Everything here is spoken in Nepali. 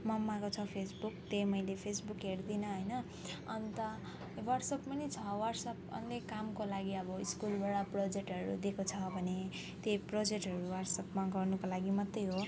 ममाको छ फेसबुक त्यही मैले फेसबुक हेर्दिनँ होइन अन्त वाट्सएप पनि छ वाट्सएप अन्य कामको लागि अब स्कुलबाट प्रोजेक्टहरू दिएको छ भने त्यही प्रोजेक्टहरू वाट्सएपमा गर्नुको लागि मात्रै हो